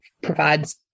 provides